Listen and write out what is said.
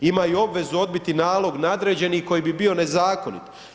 Imaju obvezu odbiti nalog nadređenih koji bi bio nezakonit.